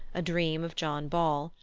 a dream of john ball,